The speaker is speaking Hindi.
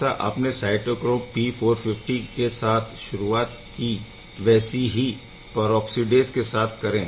जैसे आपने साइटोक्रोम P450 के साथ शुरुवात की वैसे ही परऑक्सीडेस के साथ करेंगे